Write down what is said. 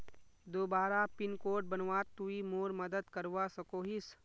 दोबारा pin code बनवात तुई मोर मदद करवा सकोहिस?